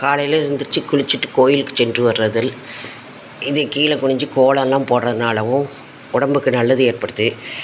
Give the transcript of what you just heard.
காலையில் எழுந்திரிச்சி குளிச்சுட்டு கோயிலுக்குச் சென்று வர்றதில் இது கீழேக் குனிஞ்சு கோலம்லாம் போடுறதுனாலவும் உடம்புக்கு நல்லது ஏற்படுது